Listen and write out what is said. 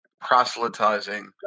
proselytizing